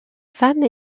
femme